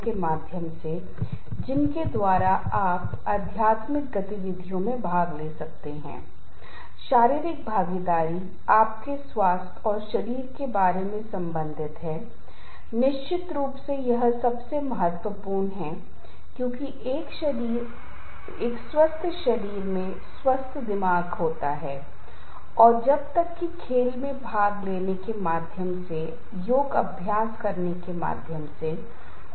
इसी तरह एक विश्वास एक सकारात्मक सोच जो की मैं कर सकता हूं या आशावाद भी तनाव कम कर देगा और साथ ही अगर आपको सामाजिक समर्थनमिलता है और यह तनाव को भी कम करता है जब हम कहते हैं कि सामाजिक समर्थन चार बातों पर निर्भर करता है कि मेरा सोशल नेटवर्क कैसे बड़ा है मैं कितने लोगों के साथ बातचीत करता हूं और कितने लोग मेरे करीब हैं और सोशल नेटवर्क बड़े के आधार पर कम अतिसंवेदनशील है कि आप तनाव में होंगे और सामाजिक समर्थन में नकद में सहायता या समर्थन की तरह शामिल है